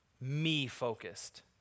me-focused